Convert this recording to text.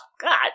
God